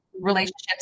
relationships